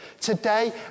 today